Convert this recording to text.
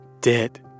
Dead